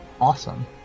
Awesome